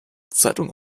zeitung